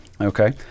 okay